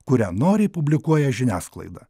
kurią noriai publikuoja žiniasklaida